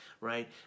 right